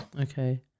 Okay